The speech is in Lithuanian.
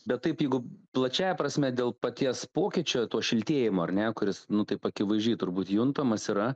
bet taip jeigu plačiąja prasme dėl paties pokyčio to šiltėjimo ar ne kuris nu taip akivaizdžiai turbūt juntamas yra